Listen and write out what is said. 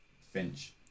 finch